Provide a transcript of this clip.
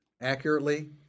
accurately